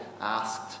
asked